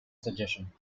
suggestion